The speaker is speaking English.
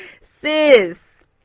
sis